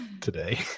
today